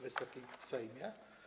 Wysoki Sejmie!